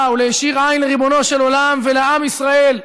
ולהישיר עין לריבונו של עולם ולעם ישראל ולומר: